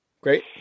Great